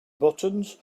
buttons